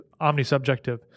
omnisubjective